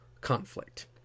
conflict